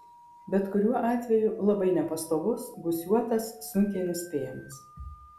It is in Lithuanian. bet kuriuo atveju labai nepastovus gūsiuotas sunkiai nuspėjamas